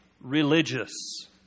religious